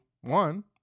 one